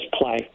play